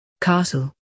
Castle